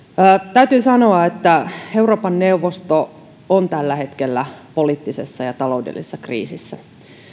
täytyy sanoa että euroopan neuvosto on tällä hetkellä poliittisessa ja taloudellisessa kriisissä